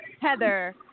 Heather